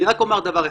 אני רק אומר דבר אחד.